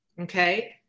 Okay